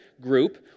group